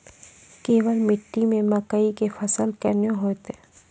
केवाल मिट्टी मे मकई के फ़सल कैसनौ होईतै?